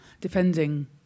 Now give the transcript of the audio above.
defending